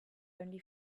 only